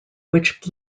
which